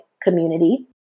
community